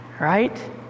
Right